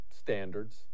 standards